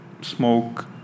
smoke